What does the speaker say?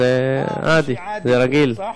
זה רגיל,